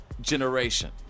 generation